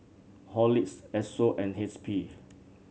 Horlicks Esso and H P